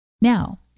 Now